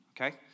okay